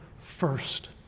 first